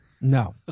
No